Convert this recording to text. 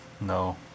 no